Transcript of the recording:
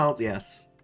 yes